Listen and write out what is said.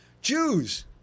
Jews